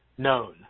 Known